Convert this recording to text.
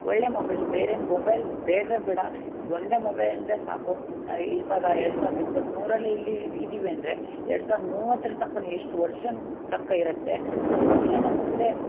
ಒಳ್ಳೆ ಮೊಬೈಲು ಬೇರೆ ಮೊಬೈಲ್ ಬೇಡವೇ ಬೇಡ ಇದು ಒಂದೇ ಮೊಬೈಲಿಂದೆ ಸಾಕು ನಾವು ಇವಾಗ ಎರ್ಡು ಸಾವ್ರ್ದ ಇಪ್ಪತ್ತು ಮೂರರಲ್ಲಿ ಇದ್ದೀವಿ ಅಂದರೆ ಎರ್ಡು ಸಾವ್ರ್ದ ಮೂವತ್ತರ ತನಕನೂ ಎಷ್ಟು ವರ್ಷದ ತನಕ ಇರುತ್ತೆ ಅಷ್ಟು ವರ್ಷವೂ ಮುಂದೆ